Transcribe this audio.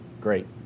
Great